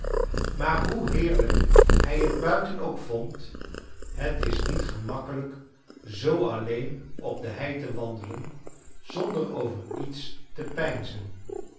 maar hoe heerlijk hij t buiten ook vond het is niet gemakkelijk zoo alleen op de hei te wandelen zonder over iets te peinzen